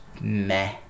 meh